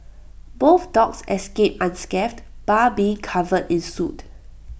both dogs escaped unscathed bar be covered in soot